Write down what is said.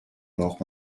braucht